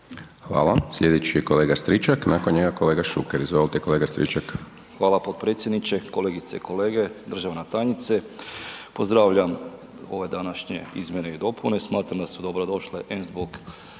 Hvala. Slijedeći je kolega Stričak, nakon njega kolega Šuker, izvolite kolega Stričak. **Stričak, Anđelko (HDZ)** Hvala potpredsjedniče, kolegice i kolege, državna tajnice. Pozdravljam ove današnje izmjene i dopune, smatram da su dobrodošle em zbog